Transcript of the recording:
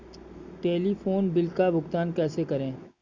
Telephone bill का भुगतान कैसे करें?